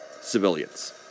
civilians